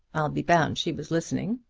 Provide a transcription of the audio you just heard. i'll be bound she was listening.